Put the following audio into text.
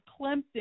Clemson